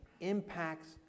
impacts